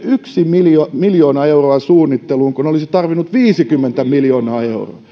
miljoona euroa suunnitteluun kun olisi tarvinnut viisikymmentä miljoonaa euroa